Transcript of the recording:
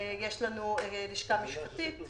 יש לנו לשכה משפטית.